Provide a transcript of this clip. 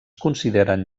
consideren